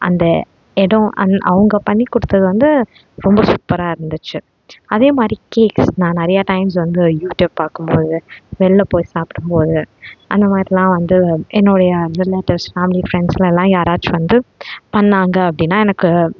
அந்த இடம் அந் அவங்க பண்ணிக் கொடுத்தது வந்து ரொம்ப சூப்பராக இருந்துச்சு அதே மாதிரி கேக்ஸ் நான் நிறையா டைம்ஸ் வந்து யூடியூப் பார்க்கும் போது வெளியில் போய் சாப்பிடும் போது அந்தமாதிரிலாம் வந்து என்னுடைய ரிலேட்டிவ்ஸ் ஃபேமிலி ஃப்ரெண்ட்ஸ்லலாம் யாராச்சும் வந்து பண்ணிணாங்க அப்படின்னா எனக்கு